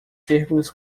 círculos